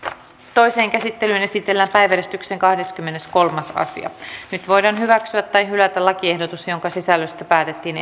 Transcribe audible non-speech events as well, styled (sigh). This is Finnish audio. toiseen käsittelyyn esitellään päiväjärjestyksen kahdeskymmeneskolmas asia nyt voidaan hyväksyä tai hylätä lakiehdotus jonka sisällöstä päätettiin (unintelligible)